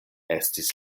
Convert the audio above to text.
estis